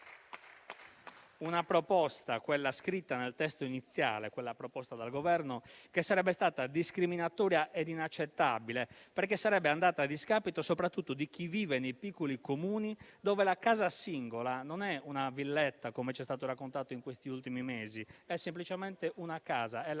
Una proposta - quella scritta nel testo iniziale del Governo - che sarebbe stata discriminatoria e inaccettabile perché sarebbe andata a discapito soprattutto di chi vive nei piccoli Comuni dove la casa singola non è una villetta, come ci è stato raccontato in questi ultimi mesi, ma semplicemente una casa, è la casa.